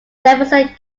jefferson